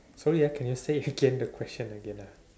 sorry ah can you say again the question again ah